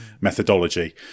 methodology